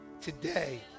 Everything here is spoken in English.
today